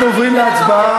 אנחנו עוברים להצבעה.